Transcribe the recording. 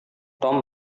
tom